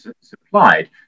supplied